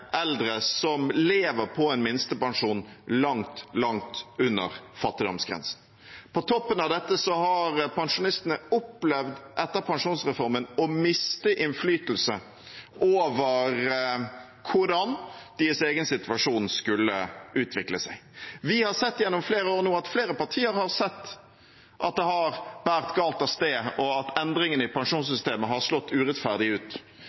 eldre som lever på en minstepensjon langt, langt under fattigdomsgrensen. På toppen av dette har pensjonistene opplevd etter pensjonsreformen å miste innflytelse over hvordan deres egen situasjon skulle utvikle seg. Vi har sett gjennom flere år nå at flere partier har sett at det har båret galt av sted, og at endringene i pensjonssystemet har slått urettferdig ut,